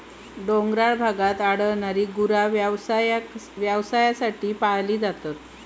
डोंगराळ भागात आढळणारी गुरा व्यवसायासाठी पाळली जातात